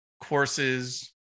courses